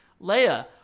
Leia